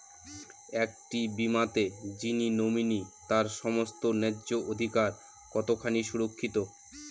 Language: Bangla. একটি বীমাতে যিনি নমিনি তার সমস্ত ন্যায্য অধিকার কতখানি সুরক্ষিত?